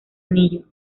anillo